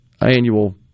annual